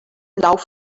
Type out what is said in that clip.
lauf